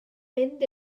mynd